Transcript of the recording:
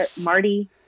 Marty